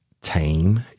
tame